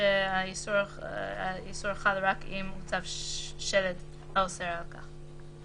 שהאיסור חל רק אם הוצב שלט האוסר על כך.